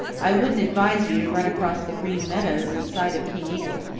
i wouldn't advise you to run across the green meadows in sight of king eagle.